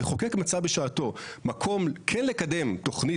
המחוקק מצא בשעתו מקום כן לקדם תוכנית